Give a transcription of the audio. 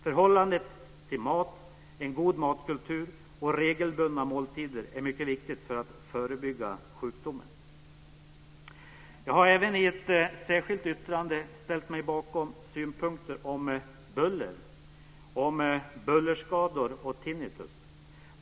Förhållandet till mat, en god matkultur och regelbundna måltider är mycket viktiga för att förebygga sjukdomen. Jag har även i ett särskilt yttrande ställt mig bakom synpunkter om buller, bullerskador och tinnitus.